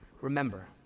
remember